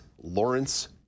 lawrence